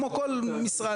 כמו כל משרד.